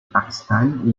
pakistan